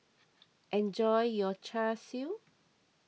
enjoy your Char Siu